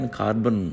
carbon